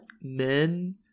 Men